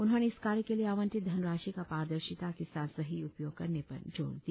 उन्होंने इस कार्य के लिए आवंटित धनराशि का पारदर्शिता के साथ सही उपयोग करने पर जोर दिया